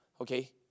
Okay